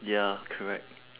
ya correct